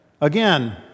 Again